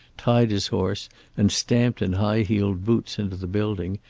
tied his horse and stamped in high heeled boots into the building,